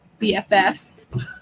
BFFs